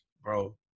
bro